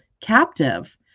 captive